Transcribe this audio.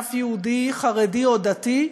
מכל יהודי, חרדי או דתי,